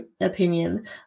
opinion